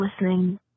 listening